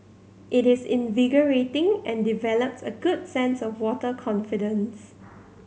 it is invigorating and develops a good sense of water confidence